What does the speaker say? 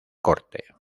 corte